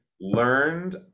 learned